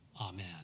Amen